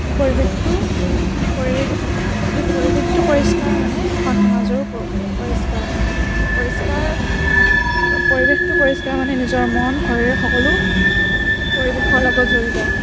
পৰিৱেশটো পৰিৱেশ পৰিৱেশটো পৰিষ্কাৰ মানে এখন সমাজৰো প পৰিষ্কাৰ পৰিষ্কাৰ পৰিৱেশটো পৰিষ্কাৰ মানে নিজৰ মন শৰীৰ সকলো পৰিৱেশৰ লগত জড়িত